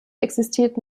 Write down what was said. existiert